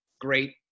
great